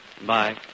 Bye